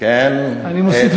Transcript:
עוד מהימים שהוא היה שר אוצר.